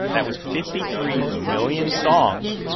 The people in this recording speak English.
that was fifty three million songs.